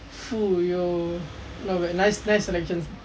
!fuh! yo not bad nice selections